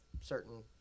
certain